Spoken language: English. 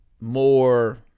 more